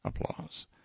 applause